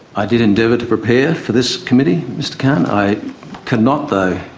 i did endeavour to prepare for this committee, mr khan. i cannot, though,